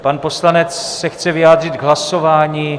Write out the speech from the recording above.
Pan poslanec se chce vyjádřit k hlasování.